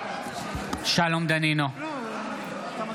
בעד